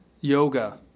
Yoga